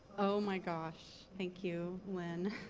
oh my gosh, thank you, lynn.